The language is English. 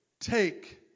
take